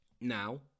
now